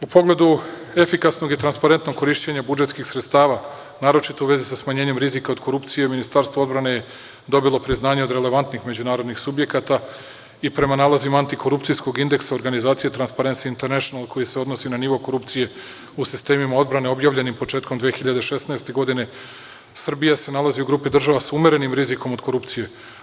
U pogledu efikasnog i transparentnog korišćenja budžetskih sredstava, naročito u vezi sa smanjenjem rizika od korupcije, Ministarstvo odbrane je dobilo priznanje od relevantnih međunarodnih subjekata i prema nalazima Antikorupcijskog indeksa organizacije Transparency International, koji se odnosi na nivo korupcije u sistemima odbrane objavljenim početkom 2016. godine, Srbija se nalazi u grupi država sa umerenim rizikom od korupcije.